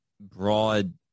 broad